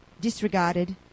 disregarded